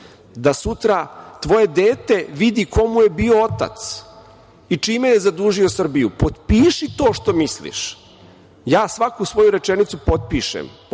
da sutra tvoje dete vidi ko mu je bio otac i čime je zadužio Srbiju. Potpiši to što misliš. Ja svaku svoju rečenicu potpišem.